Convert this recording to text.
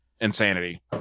insanity